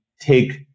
take